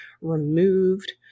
removed